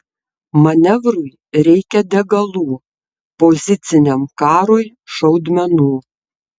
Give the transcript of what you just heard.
manevrui reikia degalų poziciniam karui šaudmenų